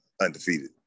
undefeated